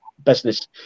business